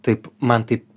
taip man taip